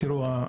תיראו,